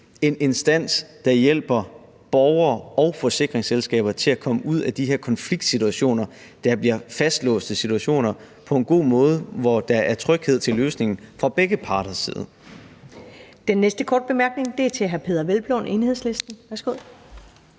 en instans, der hjælper borgere og forsikringsselskaber til at komme ud af de her konfliktsituationer, der bliver fastlåste situationer, på en god måde, hvor der er tryghed over for løsningen fra begge parters side. Kl. 19:49 Første næstformand (Karen Ellemann): Den